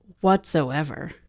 whatsoever